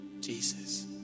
Jesus